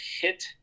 hit